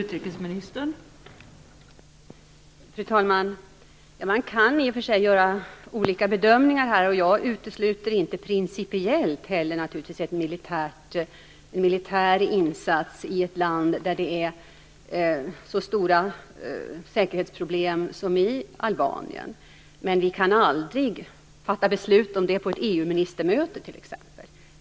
Fru talman! Man kan i och för sig göra olika bedömningar. Jag utesluter inte principiellt en militär insats i ett land där det är så stora säkerhetsproblem som i Albanien. Men vi kan aldrig fatta beslut om det på t.ex. ett EU-ministermöte.